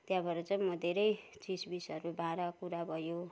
त्यहाँबाट चाहिँ म धेरै चिजबिजहरू भयो भाँडाकुँडा भयो